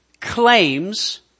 claims